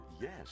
yes